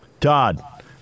Todd